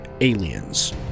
Aliens